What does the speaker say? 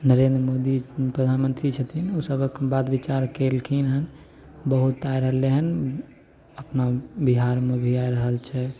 नरेन्द्र मोदी प्रधानमन्त्री छथिन ओसभके बात विचार कएलखिन हँ बहुत आ रहलै हँ अपना बिहारमे भी आ रहल छै